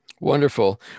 Wonderful